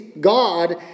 God